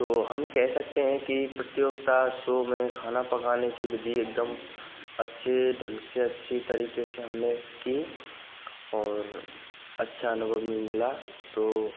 तो हम कह सकते हैं कि प्रतियोगिता शो में खाना पकाने की विधि एकदम अच्छे ढंग से अच्छी तरीके से हमने की और अच्छा अनुभव भी मिला तो